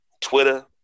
Twitter